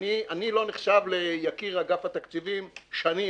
אני לא נחשב ליקיר אגף התקציבים שנים,